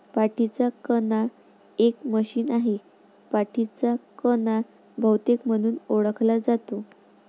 पाठीचा कणा एक मशीन आहे, पाठीचा कणा बहुतेक म्हणून ओळखला जातो